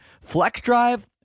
FlexDrive